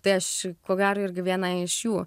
tai aš ko gero irgi viena iš jų